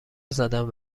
زدند